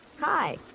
Hi